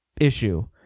issue